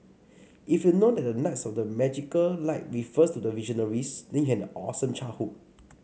if you know that the knights of the magical light refers to the Visionaries then you had an awesome childhood